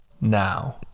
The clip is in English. now